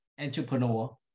entrepreneur